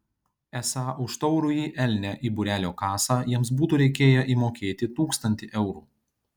esą už taurųjį elnią į būrelio kasą jiems būtų reikėję įmokėti tūkstantį eurų